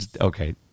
Okay